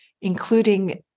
including